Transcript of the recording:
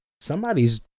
Somebody's